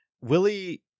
Willie